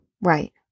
Right